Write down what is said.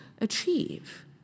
achieve